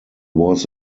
was